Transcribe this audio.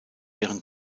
ihren